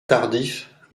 tardif